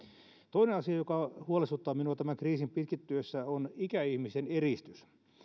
toinen asia joka huolestuttaa minua tämän kriisin pitkittyessä on ikäihmisten eristys